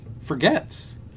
forgets